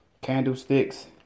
candlesticks